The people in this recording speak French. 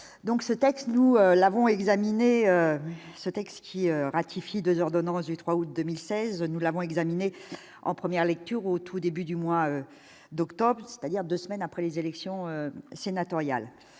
donc ce texte, nous l'avons examiné ce texte qui ratifie 2 ordonnances du 3 août 2016, nous l'avons examiné en première lecture au tout début du mois d'octobre, c'est-à-dire 2 semaines après les élections sénatoriales,